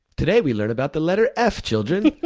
today we learn about the letter f, children.